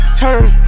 turn